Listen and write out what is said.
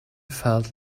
felt